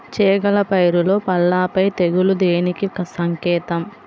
చేగల పైరులో పల్లాపై తెగులు దేనికి సంకేతం?